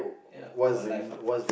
ya for life ah